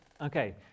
Okay